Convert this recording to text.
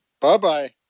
Bye-bye